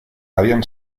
habían